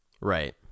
Right